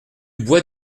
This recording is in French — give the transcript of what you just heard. bois